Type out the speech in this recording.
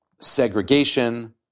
Segregation